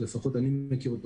לפחות מאז שאני מכיר אותו,